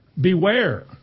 Beware